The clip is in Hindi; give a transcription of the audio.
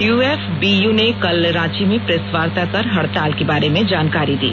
यूएफबीयू ने कल रांची में प्रेस वार्ता कर हड़ताल के बारे में जानकारी दी